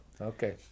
Okay